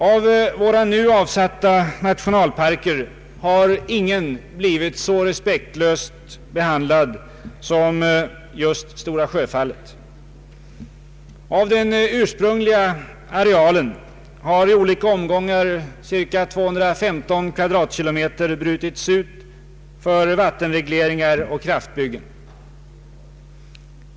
Av våra 16 nu avsatta nationalparker har ingen blivit så respektlöst behandlad som Stora Sjöfallet. Av den ursprungliga arealen har i olika omgångar cirka 215 km? brutits ut för vattenregleringar och kraftbyggen.